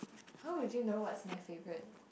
how would you know what's my favourite